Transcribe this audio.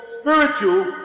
spiritual